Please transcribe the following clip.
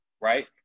right